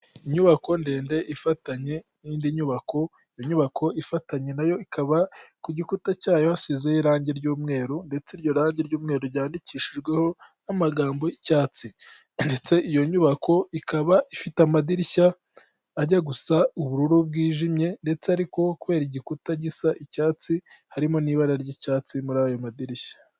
Inyubako ndende ifatanye n'indi nyubako, inyubako ifatanye na yo ikaba ku gikuta cyayo hasizeho irangi ry'umweru ndetse iryo rangi ry'umweru ryandikishijweho n'amagambo y'icyatsi ndetse iyo nyubako ikaba ifite amadirishya ajya gusa ubururu bwijimye ndetse ariko kubera igikuta gisa icyatsi, harimo n'ibara ry'icyatsi muri ayo madirishya.